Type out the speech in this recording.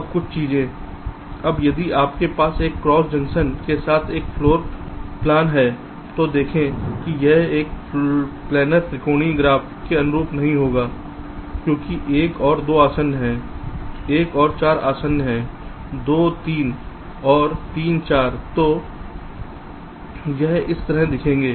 अब कुछ चीजें हैं अब यदि आपके पास एक क्रॉस जंक्शन के साथ एक फ्लोर प्लान है तो देखें कि यह एक प्लैनर त्रिकोणीय ग्राफ के अनुरूप नहीं होगा क्योंकि 1 और 2 आसन्न हैं 1 और 4 आसन्न हैं 2 3 और 3 4 तो यह इस तरह दिखेगा